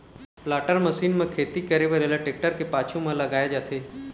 planter machine म खेती करे बर एला टेक्टर के पाछू म लगाए जाथे